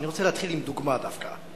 ואני רוצה להתחיל דווקא עם דוגמה: